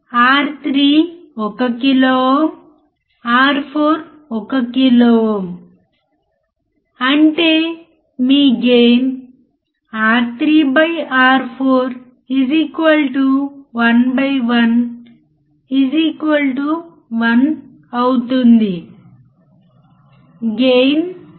common collector యాంప్లిఫైయర్ఇది voltage follower కానీ కరెంట్ను పెంచగలదు వోల్టేజ్ను అనుసరిస్తుంది కాని కరెంట్ యాంప్లిఫై చేయబడుతుంది సరియైనదా